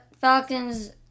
Falcons